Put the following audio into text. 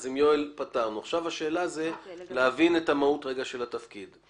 עכשיו להבין את המהות של התפקיד.